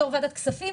בתור ועדת כספים,